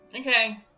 okay